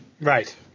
Right